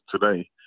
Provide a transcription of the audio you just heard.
today